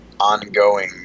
ongoing